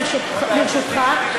ברשותך,